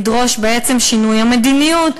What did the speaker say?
לדרוש בעצם שינוי המדיניות.